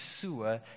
sewer